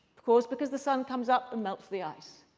of course, because the sun comes up and melts the ice.